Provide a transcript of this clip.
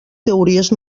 teories